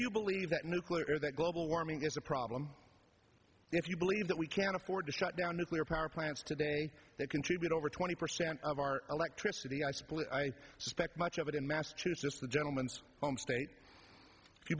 you believe that nuclear that global warming is a problem if you believe that we can afford to shut down nuclear power plants today that contribute over twenty percent of our electricity i split i suspect much of it in massachusetts just a gentleman's state if you